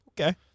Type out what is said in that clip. Okay